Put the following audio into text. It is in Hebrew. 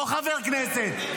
לא חבר כנסת,